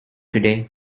today